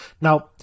now